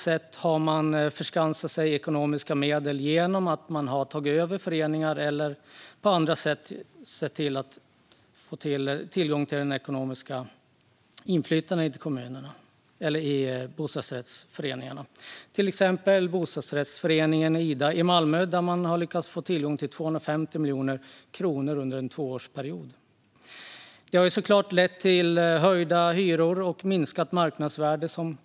Man har tillskansat sig ekonomiska medel genom att ta över bostadsrättsföreningen eller på andra sätt få tillgång till föreningens ekonomi. Ett exempel är bostadsrättsföreningen Ida i Malmö. Där har man lyckats tillskansa sig 250 miljoner kronor under en tvåårsperiod. Det har givetvis lett till höjda hyror och minskat marknadsvärde.